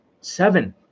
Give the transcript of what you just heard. Seven